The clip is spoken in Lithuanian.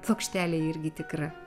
plokštelė irgi tikra